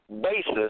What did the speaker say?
basis